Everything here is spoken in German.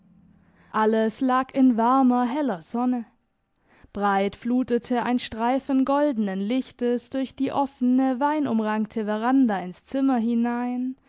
alles lag in warmer heller sonne breit flutete ein streifen goldenen lichtes durch die offene weinumrankte veranda ins zimmer hinein